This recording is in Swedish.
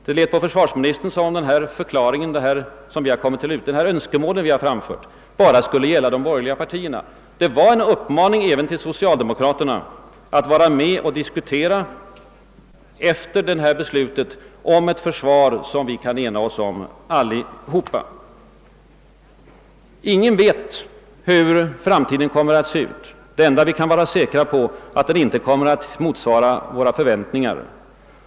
Det lät på försvarsministern som om de önskemål som vi har framfört bara skulle gälla de borgerliga partierna. Uttalandet är emellertid en uppmaning även till socialdemokraterna att vara med och diskutera om ett försvar som vi kan ena oss om allesammans. Ingen vet hur framtiden kommer att se ut. Det enda vi kan vara säkra på är, att den inte kommer att motsvara våra förväntningar.